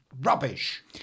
Rubbish